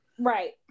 right